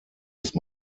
ist